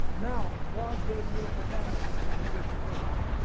now god gave beautiful promises to the church of pergamum.